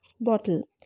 bottle